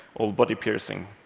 all body piercings.